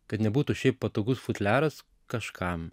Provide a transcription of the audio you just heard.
kad nebūtų šiaip patogus futliaras kažkam